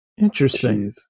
Interesting